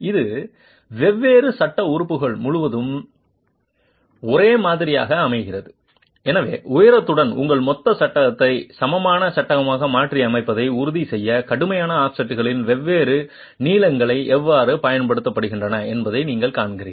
அது வெவ்வேறு சட்ட கூறுகள் முழுவதும் ஒரே மாதிரியாக அமைகிறது எனவே உயரத்துடன் உங்கள் மொத்த சட்டகத்தை சமமான சட்டமாக மாற்றியமைப்பதை உறுதிசெய்ய கடுமையான ஆஃப்செட்களின் வெவ்வேறு நீளங்கள் எவ்வாறு பயன்படுத்தப்படுகின்றன என்பதை நீங்கள் காண்கிறீர்கள்